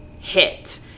hit